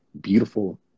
beautiful